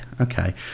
Okay